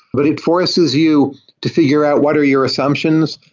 but it forces you to figure out what are your assumptions,